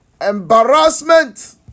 embarrassment